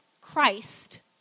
Christ